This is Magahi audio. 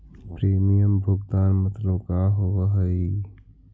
प्रीमियम भुगतान मतलब का होव हइ?